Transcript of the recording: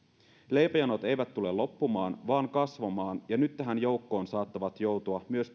leipäjonot eivät tule loppumaan vaan kasvamaan ja nyt tähän joukkoon saattavat joutua myös